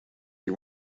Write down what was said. you